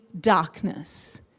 darkness